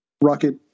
rocket